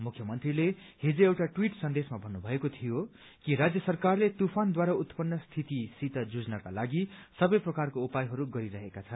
मुख्यमन्त्रीले हिज एउटा ट्विट सन्देशमा भन्नुभएको थियो कि राज्य सरकारले तूफानद्वारा उत्पन्न स्थितिसित जुझ्नका लागि सबै प्रकारको उपायहरू गरिरहेका छन्